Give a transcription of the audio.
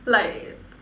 like